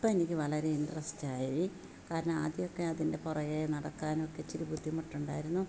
ഇപ്പം എനിക്ക് വളരെ ഇൻട്രെസ്റ്റ് ആയി കാരണം ആദ്യമൊക്കെ അതിൻ്റെ പുറകേ നടക്കാനൊക്കെ ഇത്തിരി ബുദ്ധിമുട്ടുണ്ടായിരുന്നു